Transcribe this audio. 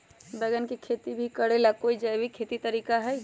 बैंगन के खेती भी करे ला का कोई जैविक तरीका है?